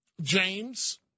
James